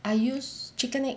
I use chicken egg